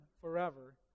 forever